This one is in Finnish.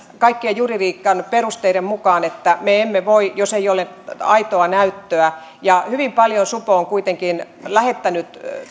kaikkien juridiikan perusteiden mukaan niin että me emme voi siihen tarttua jos ei ole aitoa näyttöä hyvin paljon supo on kuitenkin lähettänyt